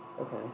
Okay